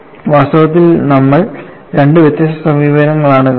വാസ്തവത്തിൽ നമ്മൾ രണ്ട് വ്യത്യസ്ത സമീപനങ്ങളാണ് കണ്ടത്